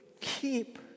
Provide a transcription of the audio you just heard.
keep